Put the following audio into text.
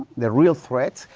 the real threats,